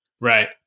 Right